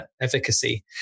efficacy